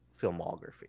filmography